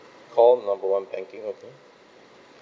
call number one banking okay